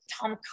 Tom